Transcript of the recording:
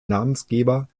namensgeber